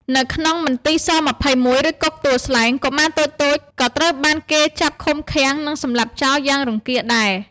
នៅក្នុងមន្ទីរស-២១ ឬ គុកទួលស្លែង កុមារតូចៗក៏ត្រូវបានគេចាប់ឃុំឃាំង និងសម្លាប់ចោលយ៉ាងរង្គាលដែរ។